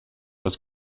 was